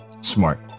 smart